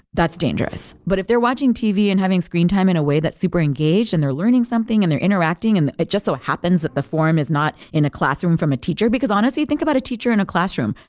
that's dangerous. but if they're watching tv and having screen time in a way that's super engaged and they're learning something and they're interacting and it just so happens that the form is not in a classroom from a teacher, because honestly, think about a teacher in a classroom.